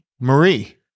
Marie